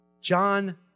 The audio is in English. John